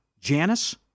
Janice